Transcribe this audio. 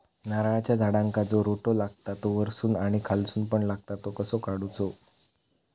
नारळाच्या झाडांका जो रोटो लागता तो वर्सून आणि खालसून पण लागता तो कसो काडूचो?